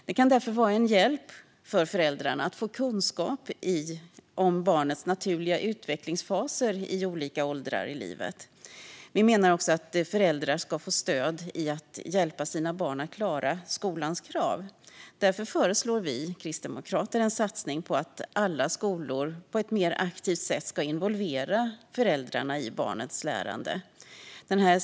Det kan därför vara en hjälp för föräldrarna att få kunskap om barnets naturliga utvecklingsfaser i olika åldrar i livet. Vi menar också att föräldrar ska få stöd i att hjälpa sina barn att klara skolans krav. Därför föreslår vi kristdemokrater en satsning på att alla skolor på ett mer aktivt sätt ska involvera föräldrarna i barnets lärande.